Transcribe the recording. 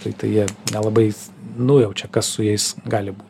tai tai jie nelabai nujaučia kas su jais gali būt